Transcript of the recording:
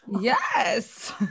Yes